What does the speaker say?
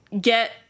get